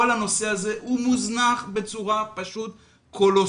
כל הנושא הזה מוזנח בצורה קולוסלית.